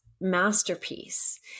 masterpiece